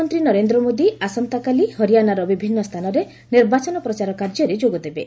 ପ୍ରଧାନମନ୍ତ୍ରୀ ନରେନ୍ଦ୍ର ମୋଦି ଆସନ୍ତାକାଲି ହରିୟାଣାର ବିଭିନ୍ନ ସ୍ଥାନରେ ନିର୍ବାଚନ ପ୍ରଚାର କାର୍ଯ୍ୟରେ ଯୋଗଦେବେ